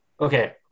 Okay